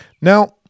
Now